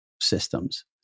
systems